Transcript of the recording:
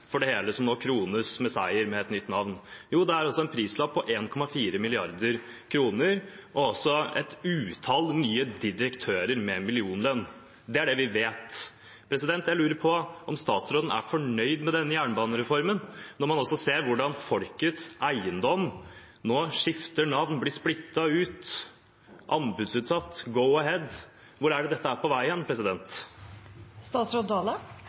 for det hele som nå krones med seier med et nytt navn? Jo, det er en prislapp på 1,4 mrd. kr og også et utall nye direktører med millionlønn. Det er det vi vet. Jeg lurer på om statsråden er fornøyd med denne jernbanereformen når man ser hvordan folkets eiendom nå skifter navn, blir splittet opp, anbudsutsatt, Go-Ahead – hvor er dette på vei? Dette er på